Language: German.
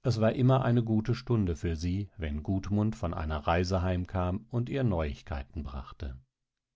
es war immer eine gute stunde für sie wenn gudmund von einer reise heimkam und ihr neuigkeiten brachte